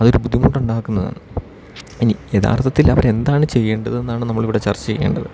അതൊരു ബുദ്ധിമുട്ടുണ്ടാക്കുന്നതാണ് ഇനി യഥാർത്ഥത്തിൽ അവരെന്താണ് ചെയ്യേണ്ടതെന്നാണ് നമ്മളിവിടെ ചർച്ച ചെയ്യേണ്ടത്